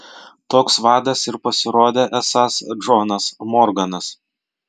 toks vadas ir pasirodė esąs džonas morganas